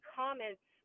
comments